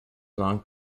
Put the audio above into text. long